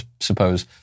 suppose